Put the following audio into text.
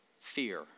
fear